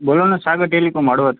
બોલો ને સાગર ટેલિકોમ હળવદ